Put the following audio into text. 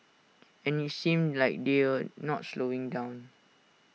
and IT seems like they're not slowing down